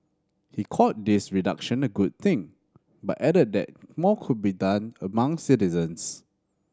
he called this reduction a good thing but added that more can be done among citizens